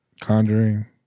Conjuring